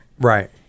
Right